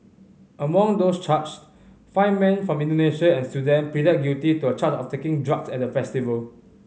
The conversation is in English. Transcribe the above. among those charged five men from Indonesia and Sudan pleaded guilty to a charge of taking drug at the festival